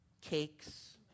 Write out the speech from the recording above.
cakes